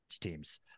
teams